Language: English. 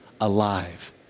alive